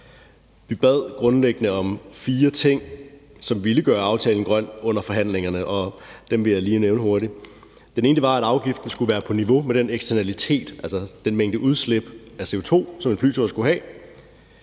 grundlæggende om fire ting, som ville gøre aftalen grøn, og dem vil jeg lige nævne hurtigt. Den ene var, at afgiften skulle være på niveau med den eksternalitet, altså mængden af udslip af CO2, som en flyvetur skulle have.